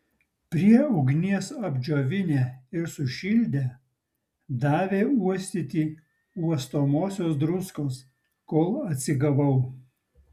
prie ugnies apdžiovinę ir sušildę davė uostyti uostomosios druskos kol atsigavau